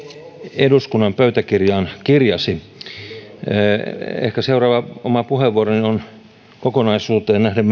eduskunnan pöytäkirjaan kirjasi oma puheenvuoroni on kokonaisuuteen nähden